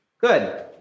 good